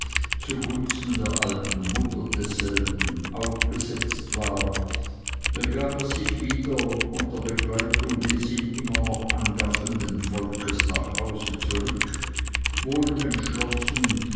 zugunsten der alten mutter desselben aufgesetzt war begab er sich wieder unter begleitung des ihn immer noch angaffenden volks nach hause zurück wohl entschlossen